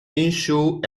issue